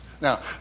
Now